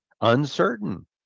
uncertain